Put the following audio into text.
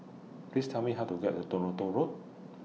Please Tell Me How to get to Toronto Road